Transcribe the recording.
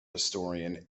historian